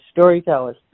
storytellers